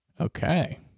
Okay